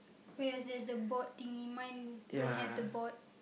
but yes there's the board thingy mine don't have the board